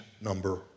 number